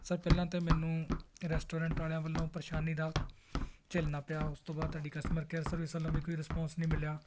sir ਪਹਿਲਾਂ ਤਾਂ ਮੈਨੂੰ ਰੈਸਟੋਰੈਂਟ ਵਾਲਿਆਂ ਵੱਲੋਂ ਪਰੇਸ਼ਾਨੀ ਦਾ ਝੇਲਣਾ ਪਿਆ ਉਸ ਤੋਂ ਬਾਅਦ ਤੁਹਾਡੀ ਕਸਟਮਰ ਕੇਅਰ ਸਰਵਿਸ ਵੱਲੋਂ ਵੀ ਕੋਈ ਰਿਸਪੌਂਸ ਨਹੀਂ ਮਿਲਿਆ